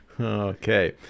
okay